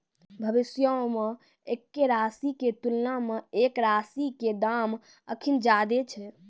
भविष्यो मे एक्के राशि के तुलना मे एक राशि के दाम अखनि ज्यादे छै